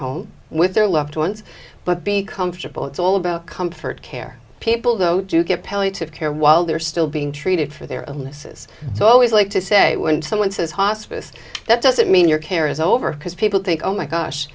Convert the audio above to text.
home with their loved ones but be comfortable it's all about comfort care people though do get palliative care while they're still being treated for their illnesses so i always like to say when someone says hospice that doesn't mean your care is over because people think oh my gosh